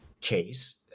case